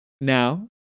Now